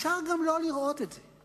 אפשר לא לראות את זה.